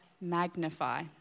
Magnify